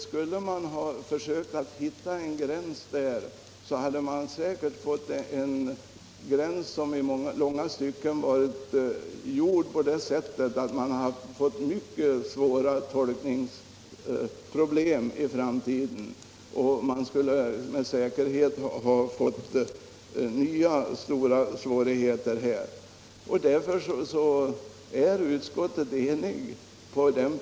Skulle man ha försökt hitta en gräns där, hade man säkert i långa stycken fått mycket svåra tolkningsproblem i framtiden. Därför är utskottet enigt när det gäller att inte följa något motionsförslag om att begränsa kretsen av bokföringsskyldiga.